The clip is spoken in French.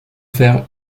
fer